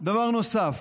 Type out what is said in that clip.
דבר נוסף,